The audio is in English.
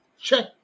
Check